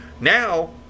Now